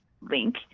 link